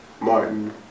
Martin